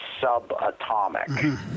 subatomic